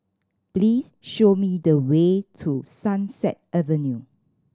please show me the way to Sunset Avenue